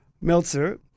Meltzer